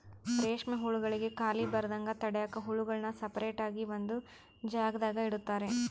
ರೇಷ್ಮೆ ಹುಳುಗುಳ್ಗೆ ಖಾಲಿ ಬರದಂಗ ತಡ್ಯಾಕ ಹುಳುಗುಳ್ನ ಸಪರೇಟ್ ಆಗಿ ಒಂದು ಜಾಗದಾಗ ಇಡುತಾರ